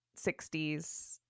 60s